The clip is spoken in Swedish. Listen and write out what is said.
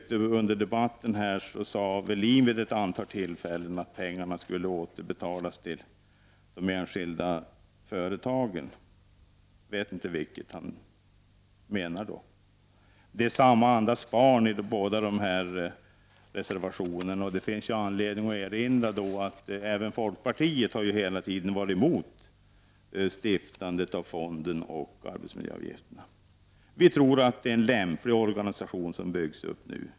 Kjell-Arne Welin sade vid ett antal tillfällen att pengarna skulle återbetalas till de enskilda företagen. Jag vet inte vad han åsyftar. Det är samma andas barn bakom båda dessa reservationer. Det finns då anledning att erinra om att även folkpartiet hela tiden har varit emot såväl inrättandet av fonden som arbetsmiljöavgifterna. Vi tror att det är en lämplig organisation som nu byggs upp.